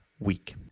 week